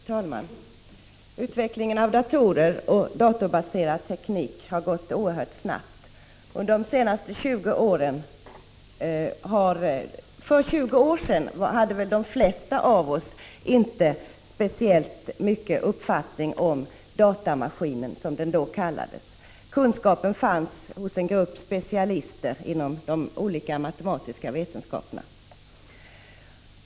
Fru talman! Utvecklingen av datorer och datorbaserad teknik har gått oerhört snabbt. För 20 år sedan hade väl de flesta av oss inte speciellt mycket uppfattning om datamaskinen, som den då kallades. Kunskapen fanns hos en grupp specialister inom de olika matematiska vetenskaperna.